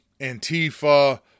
Antifa